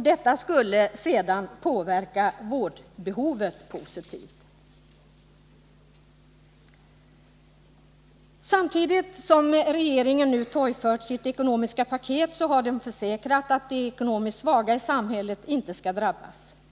Detta skulle sedan påverka vårdbehovet positivt. Samtidigt som regeringen torgfört sitt ekonomiska paket har den försäkrat att de ekonomiskt svaga i samhället inte skall drabbas.